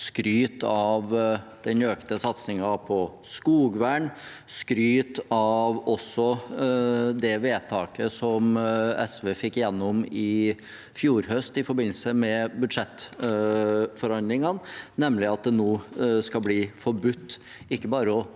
skryter av den økte satsingen på skogvern og av det vedtaket som SV fikk igjennom i fjor høst i forbindelse med budsjettforhandlingene, nemlig at det nå skal bli forbudt ikke bare å